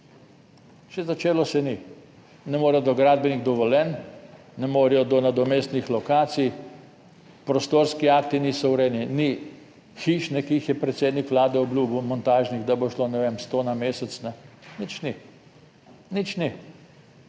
Še začelo se ni, ne morejo do gradbenih dovoljenj, ne morejo do nadomestnih lokacij, prostorski akti niso urejeni. Ni hiš, ki jih je predsednik Vlade obljubil, montažnih, da bo šlo ne vem 100 na mesec, nič ni, nič ni,